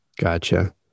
Gotcha